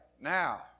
now